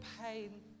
pain